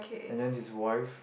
and then his wife